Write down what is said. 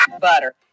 Butter